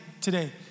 today